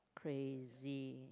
crazy